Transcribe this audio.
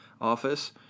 office